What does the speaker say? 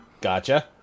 Gotcha